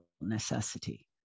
necessity